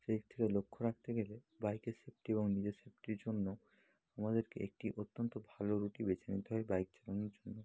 সেদিক থেকে লক্ষ রাখতে গেলে বাইকের সেফটি এবং নিজের সেফটির জন্য আমাদেরকে একটি অত্যন্ত ভালো রুটই বেছে নিতে হয় বাইক চালানোর জন্য